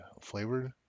flavored